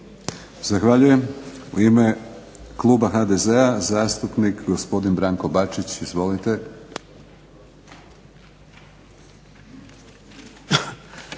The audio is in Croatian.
Zahvaljujem. U ime kluba HDZ-a, zastupnik gospodin Branko Bačić. Izvolite.